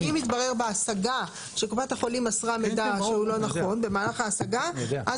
שאם יתברר בהשגה שקופת החולים מסרה מידע שהוא לא נכון במהלך ההשגה אז